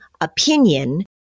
opinion